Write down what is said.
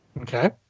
Okay